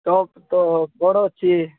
cup ତ ବଡ଼ ଅଛି